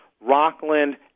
Rockland